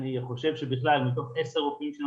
אני חושב שבכלל מתוך עשרה רופאים שאני